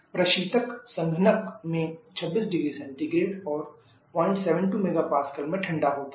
प्रशीतक संघनक में 26℃ और 072 MPa में ठंडा होता है